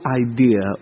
idea